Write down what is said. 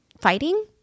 fighting